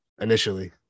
initially